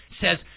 Says